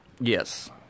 Yes